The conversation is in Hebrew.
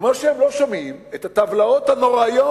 כמו שהם לא שומעים את הטבלאות הנוראיות